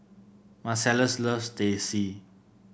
Marcellus loves Teh C